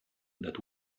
that